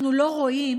אנחנו לא רואים